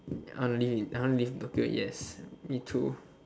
I want to live in I want to live Tokyo yes me too